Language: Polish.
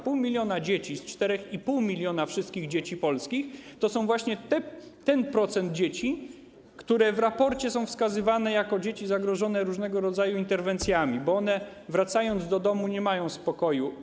A pół miliona dzieci z 4,5 mln wszystkich polskich dzieci to jest właśnie ten procent dzieci, które w raporcie są wskazywane jako dzieci zagrożone różnego rodzaju interwencjami, bo one, wracając do domu, nie mają spokoju.